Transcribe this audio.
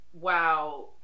wow